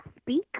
speak